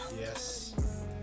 yes